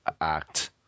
act